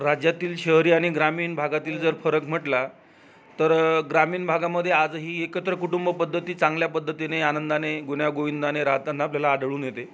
राज्यातील शहरी आणि ग्रामीण भागातील जर फरक म्हटला तर ग्रामीण भागामध्ये आज ही एकत्र कुटुंबपद्धती चांगल्या पद्धतीने आनंदाने गुण्यागोविंदाने राहताना आपल्याला आढळून येते